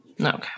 Okay